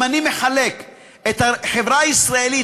אם אני מחלק את החברה הישראלית,